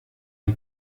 die